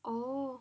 oo